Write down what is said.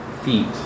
feet